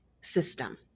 system